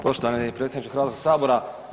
Poštovani predsjedniče Hrvatskog sabora.